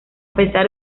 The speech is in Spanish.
pesar